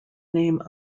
name